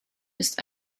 ist